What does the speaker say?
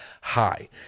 hi